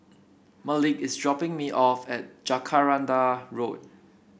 Malik is dropping me off at Jacaranda Road